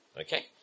Okay